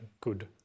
good